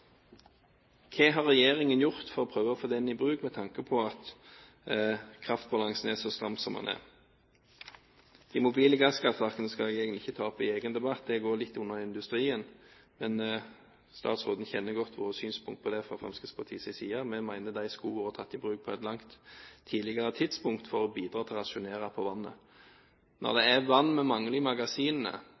Hva har regjeringen gjort for å få tatt den i bruk, med tanke på at kraftbalansen er så stram som den er? De mobile gasskraftverkene skal jeg ikke ta opp i denne debatt, de hører litt inn under industrien, men statsråden kjenner godt Fremskrittspartiets synspunkter på dette. Vi mener disse skulle vært tatt i bruk på et langt tidligere tidspunkt, for å bidra til å rasjonere på vannet. Når det er vann vi mangler i magasinene,